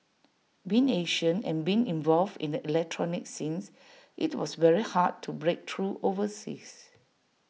being Asian and being involved in the electronic scenes IT was very hard to break through overseas